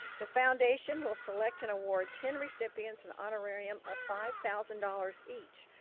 the foundation will select and award ten recipients, an honorarium of five thousand dollars each,